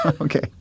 Okay